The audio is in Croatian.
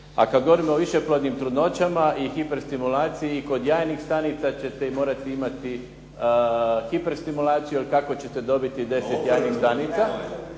A kad govorimo o višeplodnim trudnoćama i hiperstimulaciji i kod jajnih stanica ćete morati imati hiperstimulaciju, jer kako ćete dobiti 10 jajnih stanica.